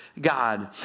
God